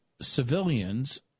civilians